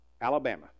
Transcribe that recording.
Alabama